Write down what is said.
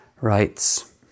writes